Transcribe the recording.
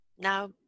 Now